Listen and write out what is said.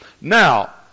Now